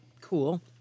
Cool